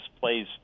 Plays